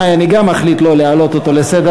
ואני אחליט גם אותו לא להעלות לסדר-היום.